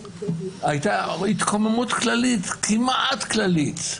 הייתה התקוממות כללית, כמעט כללית,